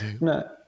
no